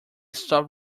stop